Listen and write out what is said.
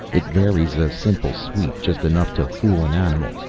it varies a simple sweep just enough to fool an animal,